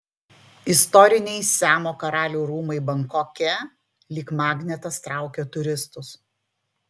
istoriniai siamo karalių rūmai bankoke lyg magnetas traukia turistus